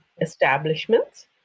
establishments